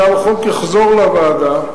החוק יחזור לוועדה,